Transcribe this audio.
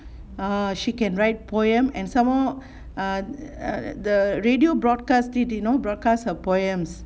err she can write poems and some more err the radio broadcasts it you know broadcast her poems